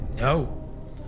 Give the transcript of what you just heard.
No